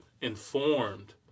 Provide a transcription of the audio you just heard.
informed